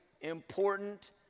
important